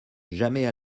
jamais